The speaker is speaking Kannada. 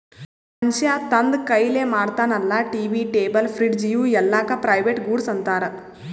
ಮನ್ಶ್ಯಾ ತಂದ್ ಕೈಲೆ ಮಾಡ್ತಾನ ಅಲ್ಲಾ ಟಿ.ವಿ, ಟೇಬಲ್, ಫ್ರಿಡ್ಜ್ ಇವೂ ಎಲ್ಲಾಕ್ ಪ್ರೈವೇಟ್ ಗೂಡ್ಸ್ ಅಂತಾರ್